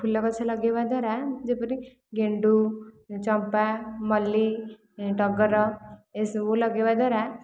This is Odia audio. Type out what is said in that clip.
ଫୁଲ ଗଛ ଲଗାଇବା ଦ୍ୱାରା ଯେପରି ଗେଣ୍ଡୁ ଚମ୍ପା ମଲ୍ଲି ଟଗର ଏସବୁ ଲଗାଇବା ଦ୍ୱାରା